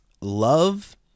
love